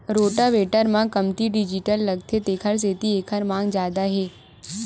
rotavator म कमती diesel लागथे तेखर सेती एखर मांग जादा हे